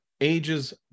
ages